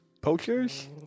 poachers